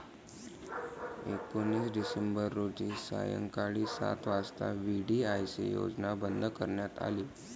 एकोणीस डिसेंबर रोजी सायंकाळी सात वाजता व्ही.डी.आय.सी योजना बंद करण्यात आली